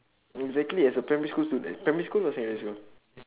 exactly as a primary school student primary school or secondary school